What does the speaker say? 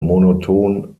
monoton